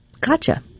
Gotcha